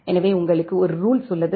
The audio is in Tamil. எனவே உங்களுக்கு ஒரு ரூல்ஸு உள்ளது